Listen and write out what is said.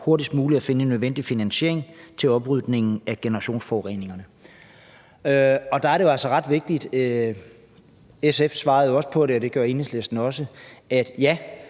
hurtigst muligt at finde nødvendig finansiering til oprydning af generationsforureninger«. Der er det jo altså ret vigtigt, at det her er et engangsbeløb –